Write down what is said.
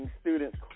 students